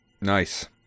Nice